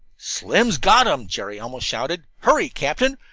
slim's got him, jerry almost shouted. hurry, captain,